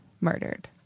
murdered